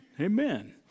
Amen